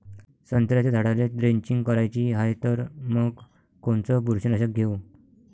संत्र्याच्या झाडाला द्रेंचींग करायची हाये तर मग कोनच बुरशीनाशक घेऊ?